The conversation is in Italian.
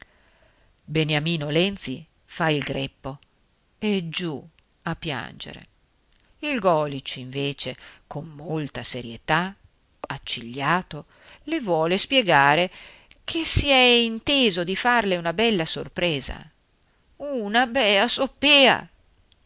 beniamino lenzi fa il greppo e giù a piangere il golisch invece con molta serietà accigliato le vuole spiegare che si è inteso di farle una bella sorpresa una bea soppea